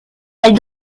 elle